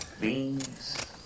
beans